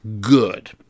good